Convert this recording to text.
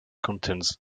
contains